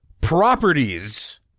Properties